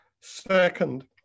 Second